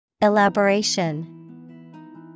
Elaboration